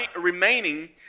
remaining